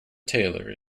tailor